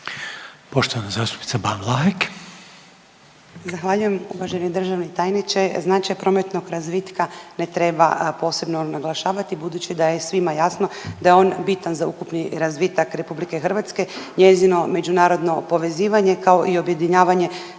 Poštovana zastupnica Ban Vlahek.